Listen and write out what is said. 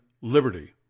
liberty